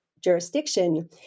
jurisdiction